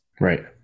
Right